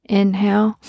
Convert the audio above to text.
inhale